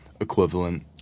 equivalent